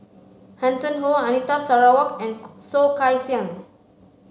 Hanson Ho Anita Sarawak and Soh Kay Siang